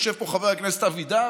יושב פה חבר הכנסת אבידר,